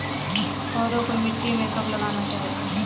पौधों को मिट्टी में कब लगाना चाहिए?